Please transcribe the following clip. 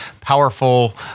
powerful